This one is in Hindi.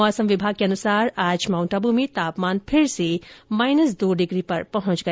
मौसम विभाग के अनुसार आज माउंट आबू में तापमान फिर से माइनस दो डिग्री पर पहुंच गया